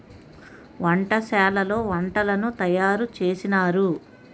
వంటశాలలో వంటలను తయారు చేసినారు